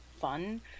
fun